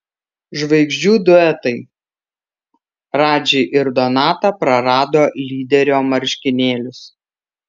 žvaigždžių duetai radži ir donata prarado lyderio marškinėlius